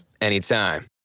anytime